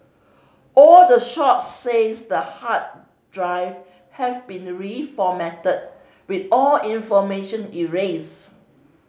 all the shops says the hard drive had been reformatted with all information erase